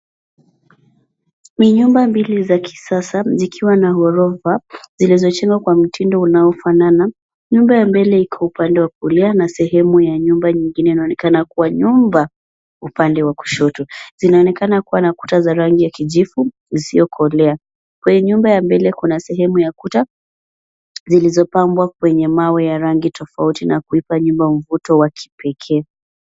Ni nyumba mbili za kisasa ziiwa na ghorofa ziizojengwa kwa mtindo unaofanana. Nyumba ya mbele iko upande wa kulia na sehemu ya nyuma nyingine inaonekana kuwa nyumba upande wa kushoto. Zinaonekana kuwa na kuta za rangi ya kijivu isiyokolea. Kwenye nyumba ya mbele kuna sehemu ya kuta zilizopambwa kwenye mawe ya rangi tofauti na kuipa nyumba mvuto wa kipekee.